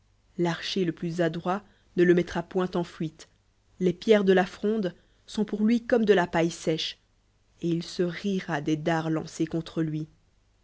l'qrçher le plus adro l ne le neelti a poinl en fuite les pierres de la fronde sont pour lui comnre da la paille sèche et il sc rira des dards lancés contre lui